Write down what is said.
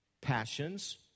Passions